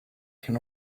can